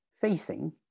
facing